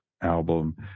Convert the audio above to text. album